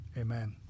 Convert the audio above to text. Amen